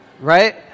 right